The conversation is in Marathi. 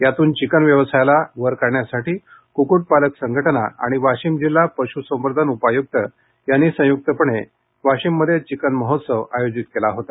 यातून चिकन व्यवसायाला वर काढण्यासाठी कुक्कुट पालक संघटना आणि वाशीम जिल्हा पश् संवर्धन उपायुक्त यांनी संयुक्तपणे वाशीममध्ये चिकन महोत्सव आयोजित केला होता